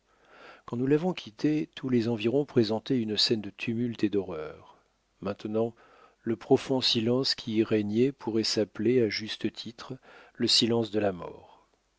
quand nous l'avons quitté tous les environs présentaient une scène de tumulte et d'horreur maintenant le profond silence qui y régnait pourrait s'appeler à juste titre le silence de la mort